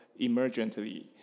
emergently